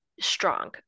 strong